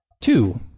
two